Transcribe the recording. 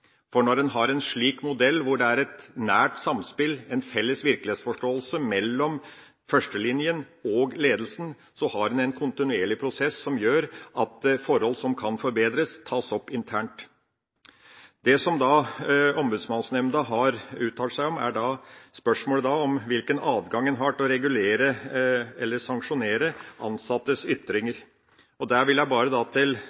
Når en har en slik modell hvor det er et nært samspill – en felles virkelighetsforståelse – mellom førstelinja og ledelsen, har en en kontinuerlig prosess som gjør at forhold som kan forbedres, tas opp internt. Det som Ombudsmannsnemnda har uttalt seg om, er spørsmålet om hvilken adgang en har til å regulere eller sanksjonere ansattes ytringer. Jeg vil til